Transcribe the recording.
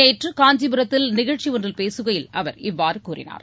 நேற்று காஞ்சிபுரத்தில் நிகழ்ச்சி ஒன்றில் பேசுகையில் அவர் இவ்வாறு கூறினார்